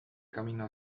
camino